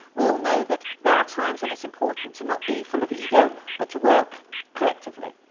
we all know that there are times when it's important to not be full of ego but to work collectively.